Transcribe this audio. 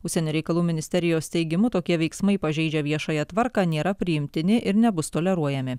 užsienio reikalų ministerijos teigimu tokie veiksmai pažeidžia viešąją tvarką nėra priimtini ir nebus toleruojami